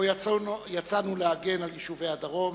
שבו יצאנו להגן על יישובי הדרום